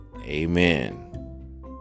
Amen